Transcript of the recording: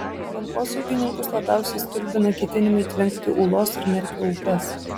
aplinkosaugininkus labiausiai stulbina ketinimai tvenkti ūlos ir merkio upes